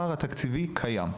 הפער התקציבי קיים.